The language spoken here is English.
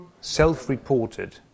self-reported